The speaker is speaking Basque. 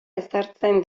ezartzen